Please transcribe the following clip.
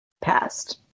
passed